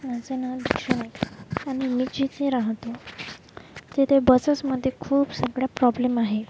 माझं नाव दीक्षा नाईक आणि मी जिथे राहतो तिथे बसेसमध्ये खूप सगळे प्रॉब्लेम आहे